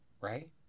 right